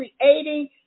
creating